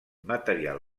material